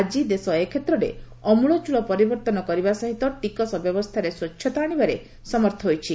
ଆଜି ଦେଶ ଏ କ୍ଷେତ୍ରରେ ଅମୂଳଚୂଳ ପରିବର୍ତ୍ତନ କରିବା ସହିତ ଟିକସ ବ୍ୟବସ୍ଥାରେ ସ୍ୱଚ୍ଛତା ଆଣିବାରେ ସମର୍ଥ ହୋଇଛି